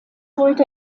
heute